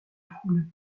foule